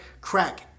Crack